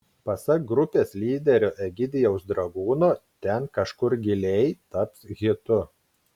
pasak grupės lyderio egidijaus dragūno ten kažkur giliai taps hitu